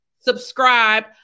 subscribe